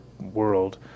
world